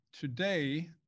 today